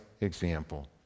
example